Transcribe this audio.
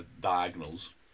diagonals